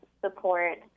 support